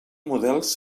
models